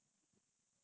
no meh